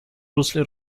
русле